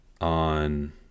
on